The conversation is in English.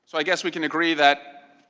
so i guess we can agree that